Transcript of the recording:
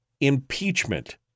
impeachment